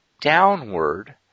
downward